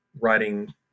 writing